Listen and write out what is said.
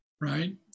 right